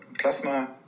plasma